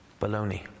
Baloney